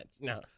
No